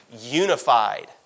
Unified